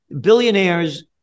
Billionaires